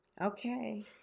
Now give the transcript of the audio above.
Okay